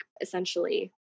essentially-